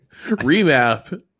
Remap